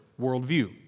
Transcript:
worldview